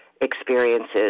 experiences